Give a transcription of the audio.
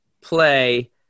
play